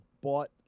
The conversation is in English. bought